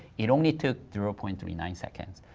it only took zero point three nine seconds.